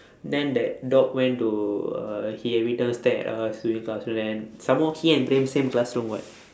then that dog went to uh he every time stare us during classes then some more he and praem same classroom [what]